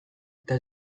eta